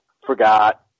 forgot